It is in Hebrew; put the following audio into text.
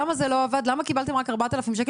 למה קיבלתם רק 4,000 שקל?